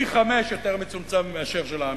חמישית מאשר של האמריקנים.